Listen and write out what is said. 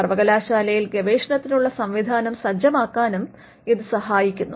സർവകലാശാലയിൽ ഗവേഷണത്തിനുള്ള സംവിധാനം സജ്ജമാക്കാനും ഇത് സഹായിക്കുന്നു